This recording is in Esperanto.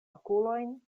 okulojn